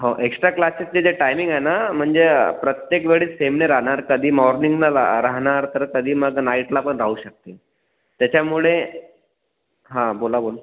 हो एक्स्ट्रा क्लासेसचे जे टायमिंग आहे ना म्हणजे प्रत्येक वेळेस सेम नाही राहणार कधी मॉर्निंगला ला राहणार तर कधी मग नाईटला पण राहू शकते त्याच्यामुळे हां बोला बोल